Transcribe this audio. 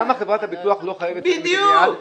למה חברת הביטוח לא משלמת את זה מיד,